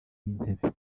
w’intebe